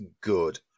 good